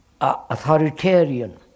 authoritarian